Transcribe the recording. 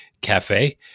cafe